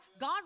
God